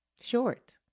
Short